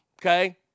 Okay